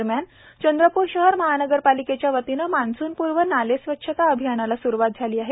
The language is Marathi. दरम्यान चंद्रपूर शहर महानगरपालिकेच्या वतीने मान्सूनपूर्व नाले स्वच्छता अभियानाला सूरुवात झाली आहे